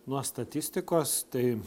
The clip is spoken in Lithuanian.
nors statistikos tai